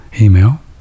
email